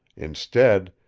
instead,